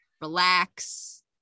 relax